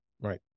right